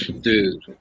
dude